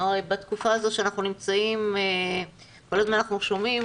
בתקופה הזו שאנחנו נמצאים כל הזמן אנחנו שומעים